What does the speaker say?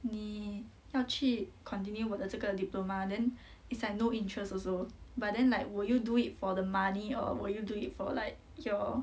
你要去 continue 我的这个 diploma then it's like no interest also but then like will you do it for the money or will you do it for like your